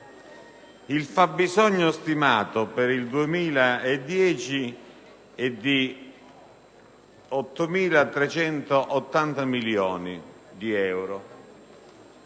il fabbisogno stimato per il 2010 è di 8.380 milioni di euro,